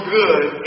good